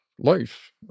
life